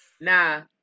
Nah